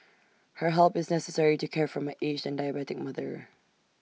her help is necessary to care for my aged and diabetic mother